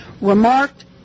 remarked